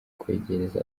kwegereza